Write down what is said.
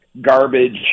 garbage